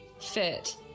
fit